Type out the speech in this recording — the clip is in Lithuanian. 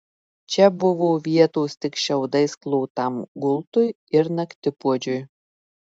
čia buvo vietos tik šiaudais klotam gultui ir naktipuodžiui